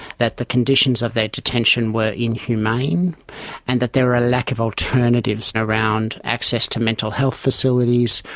that the conditions of their detention were inhumane and that there are a lack of alternatives around access to mental health facilities,